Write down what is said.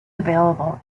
available